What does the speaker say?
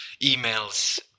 emails